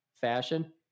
fashion